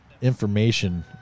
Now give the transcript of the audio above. information